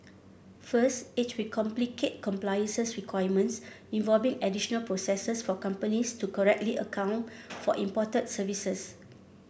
first it will complicate compliance requirements involving additional processes for companies to correctly account for imported services